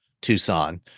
Tucson